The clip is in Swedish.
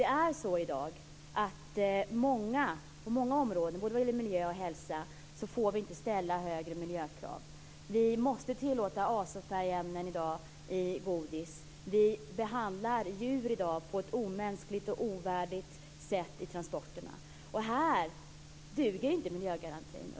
Det är så i dag att vi på många områden, både vad det gäller miljö och hälsa, inte får ställa högre krav. Vi måste tillåta azofärgämnen i godis i dag. Vi behandlar djur på ett omänskligt och ovärdigt sätt under transporterna i dag. Här duger inte miljögarantin.